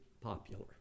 popular